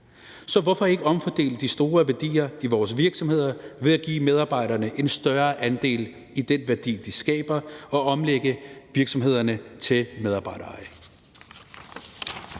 Så hvorfor ikke omfordele de store værdier i vores virksomheder ved at give medarbejderne en større andel i den værdi, de skaber, og omlægge virksomhederne til medarbejdereje?